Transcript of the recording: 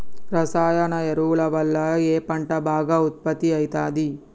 రసాయన ఎరువుల వల్ల ఏ పంట బాగా ఉత్పత్తి అయితది?